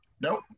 Nope